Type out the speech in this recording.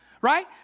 Right